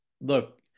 look